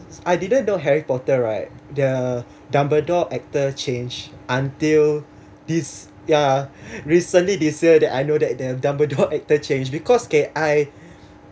I didn't know harry potter right the dumbledore actor change until this ya recently this year that I know that the dumbledore actor change because okay I